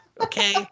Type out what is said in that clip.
Okay